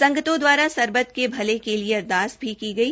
संगतों द्वारा सरबत के भले के लिए अरदास भी की गई